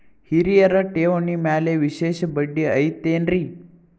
ಹಿರಿಯರ ಠೇವಣಿ ಮ್ಯಾಲೆ ವಿಶೇಷ ಬಡ್ಡಿ ಐತೇನ್ರಿ?